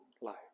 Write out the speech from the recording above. life